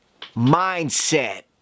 Mindset